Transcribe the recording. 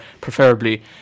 preferably